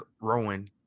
Rowan